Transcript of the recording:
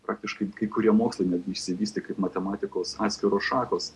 praktiškai kai kurie mokslai išsivystė kaip matematikos atskiros šakos